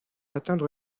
atteindre